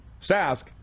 Sask